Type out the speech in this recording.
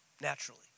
naturally